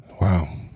Wow